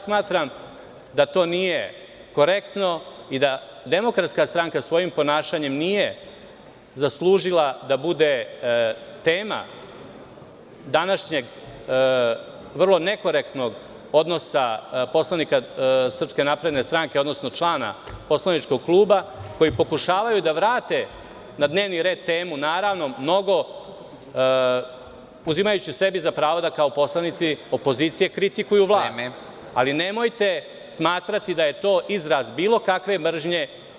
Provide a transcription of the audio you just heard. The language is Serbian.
Smatram da to nije korektno i da DS svojim ponašanjem nije zaslužila da bude tema današnjeg, vrlo nekorektnog odnosa poslanika SNS, odnosno člana poslaničkog kluba, koji pokušavaju da vrate na dnevni red temu, naravno, uzimajući sebi za pravo da kao poslanici opozicije kritikuju vlast, ali nemojte smatrati da je to izraz bilo kakve mržnje.